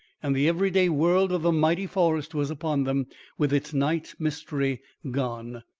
and the every-day world of the mighty forest was upon them with its night mystery gone.